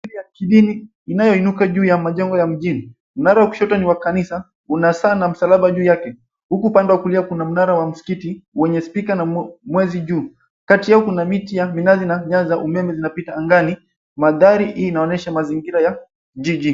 Ya kidini inayoinuka juu ya majengo ya mjini. Mnara wa kushoto ni wa kanisa, una saa na msalaba juu yake. Huku upande wa kulia kuna mnara wa msikiti wenye spika na mwezi juu. Kati yao kuna miti ya minazi na nyaya za umeme zinapita angani. Mandhari hii inaonyesha mazingira ya jiji.